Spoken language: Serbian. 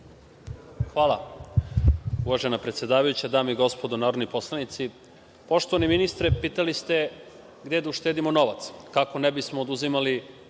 Hvala, uvažena predsedavajuća, dame i gospodo narodni poslanici. Poštovani ministre, pitali ste gde da uštedimo novac, kako ne bi smo oduzimali